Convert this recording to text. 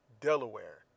Delaware